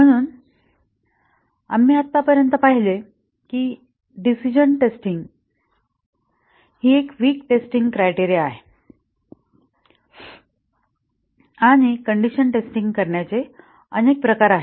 म्हणून आम्ही आतापर्यंत पाहिले आहे की डिसिजणं टेस्टिंग ही एक वीक टेस्टिंग क्रायटेरिया आहे आणि कंडिशन टेस्टिंग करण्याचे अनेक प्रकार आहेत